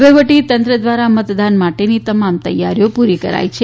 વહીવટીતંત્ર દ્વારા મતદાન માટેની તમામ તૈયારીઓ પૂરી કરાઇ છે